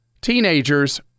teenagers